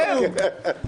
אה, מרוב ויתור.